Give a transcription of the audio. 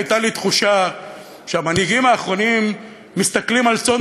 הייתה לי תחושה שהמנהיגים האחרונים מסתכלים על צאן